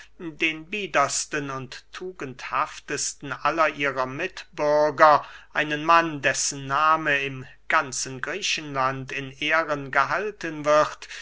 den biedersten und tugendhaftesten aller ihrer mitbürger einen mann dessen nahme im ganzen griechenland in ehren gehalten wird